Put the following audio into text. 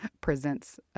presents